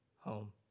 home